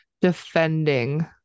defending